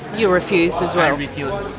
you refused as well? i refused,